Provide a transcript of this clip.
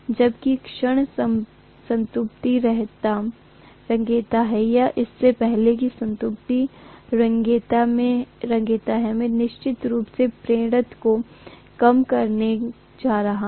जबकि क्षण संतृप्ति रेंगता है या इससे पहले कि संतृप्ति रेंगता है मैं निश्चित रूप से प्रेरण को कम करने जा रहा हूं